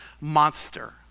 monster